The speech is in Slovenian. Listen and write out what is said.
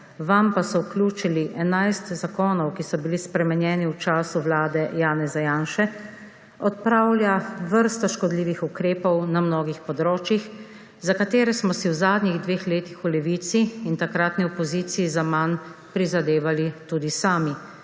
vanj pa so vključili 11 zakonov, ki so bili spremenjeni v času vlade Janeza Janše, odpravlja vrsto škodljivih ukrepov na mnogih področjih, za katere smo si v zadnjih dveh letih v Levici in takratni opoziciji zaman prizadevali tudi sami,